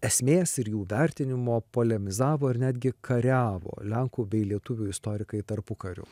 esmės ir jų vertinimo polemizavo ar netgi kariavo lenkų bei lietuvių istorikai tarpukariu